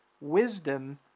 wisdom